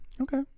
Okay